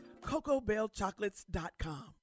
CocoBellChocolates.com